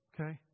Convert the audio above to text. okay